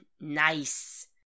Nice